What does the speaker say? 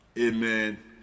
Amen